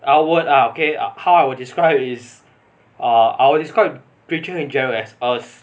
I would ah okay how I would describe is err I would describe rachel and gerald as us